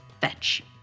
Fetch